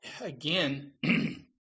again